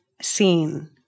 seen